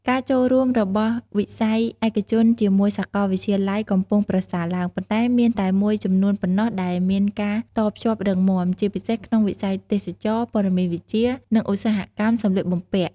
ការចូលរួមរបស់វិស័យឯកជនជាមួយសាកលវិទ្យាល័យកំពុងប្រសើរឡើង ប៉ុន្តែមានតែមួយចំនួនប៉ុណ្ណោះដែលមានការតភ្ជាប់រឹងមាំ ជាពិសេសក្នុងវិស័យទេសចរណ៍ ព័ត៌មានវិទ្យា និងឧស្សាហកម្មសម្លៀកបំពាក់។